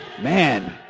man